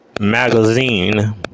Magazine